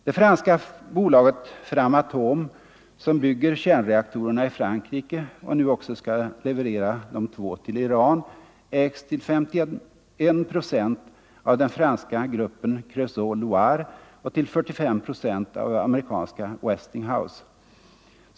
Det franska bolaget Framatome, som bygger kärnreaktorerna i Frankrike och nu också skall leverera de två till Iran, ägs till 51 procent av den franska gruppen Creusot-Loire och till 45 procent av amerikanska Westinghouse.